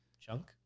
Chunk